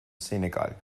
senegal